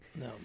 No